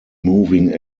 moving